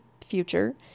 future